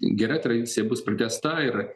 gera tradicija bus pratęsta ir